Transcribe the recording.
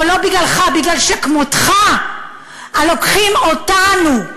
ובגללך, או לא בגללך, בגלל שכמותך, לוקחים אותנו,